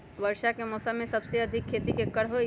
वर्षा के मौसम में सबसे अधिक खेती केकर होई?